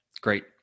great